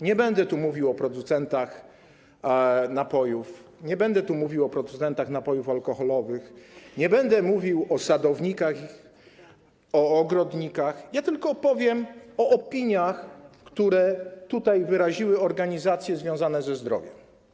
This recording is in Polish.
Nie będę mówił o producentach napojów, nie będę mówił o producentach napojów alkoholowych, nie będę mówił o sadownikach, o ogrodnikach, tylko opowiem o opiniach, które wyraziły organizacje związane ze zdrowiem.